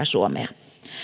suomea